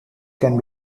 can